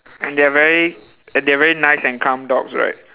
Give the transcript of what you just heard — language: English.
and they're very and they're very nice and calm dogs right